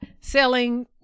selling